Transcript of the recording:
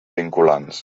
vinculants